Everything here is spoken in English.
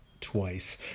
twice